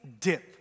dip